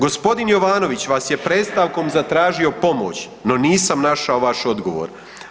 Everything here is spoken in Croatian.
G. Jovanović vas je predstavkom zatražio pomoć no nisam našao vaš odgovor.